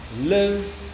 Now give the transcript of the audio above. live